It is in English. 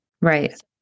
right